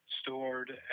stored